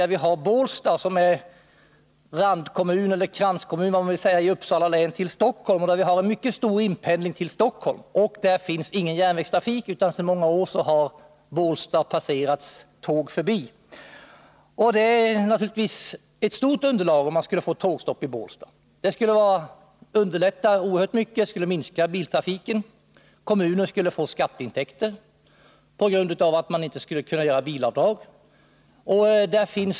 Längs den ligger Bålsta, som är en kranskommun till Stockholm i Uppsala län och har en mycket stor inpendling till Stockholm. Där finns ingen järnvägstrafik, utan sedan många år har Bålsta passerats tåg förbi. Det finns ett stort underlag för tågstopp i Bålsta. Ett sådant skulle också underlätta oerhört mycket. Det skulle minska biltrafiken, och kommunen skulle få skatteintäkter på grund av att man inte gjorde bilavdrag.